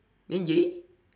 then yayi